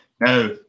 Now